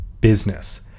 business